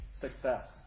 success